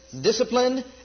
disciplined